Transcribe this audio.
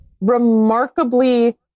remarkably